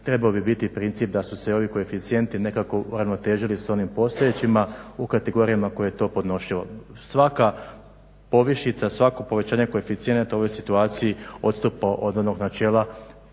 trebao bi biti princip da su svi ovi koeficijenti nekako uravnoteženi s onim postojećima u kategorijama u kojima je to podnošljivo. Svaka povišica, svako povećanje koeficijenata u ovoj situaciji odstupa od onog načela